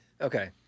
Okay